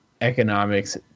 economics